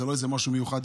זה לא איזה משהו מיוחד,